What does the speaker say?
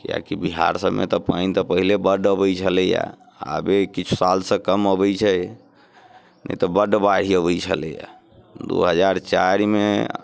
कियाकि बिहार सभमे तऽ पानि तऽ पहिले बड्ड अबैत छलैए आबे किछु सालसँ कम अबैत छै नहि तऽ बड्ड बाढ़ि अबैत छलैए दू हजार चारिमे